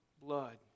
blood